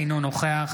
אינו נוכח